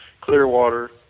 Clearwater